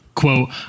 quote